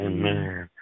Amen